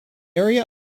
area